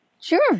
Sure